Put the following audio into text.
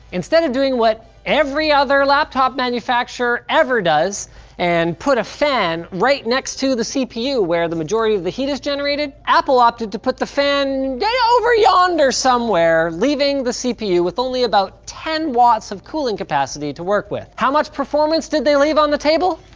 instead of doing what every other laptop manufacturer ever does and put a fan right next to the cpu where the majority of the heat is generated, apple opted to put the fan over yonder somewhere, leaving the cpu with only about ten watts of cooling capacity to work with. how much performance did they leave on the table?